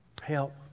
help